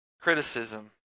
criticism